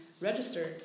register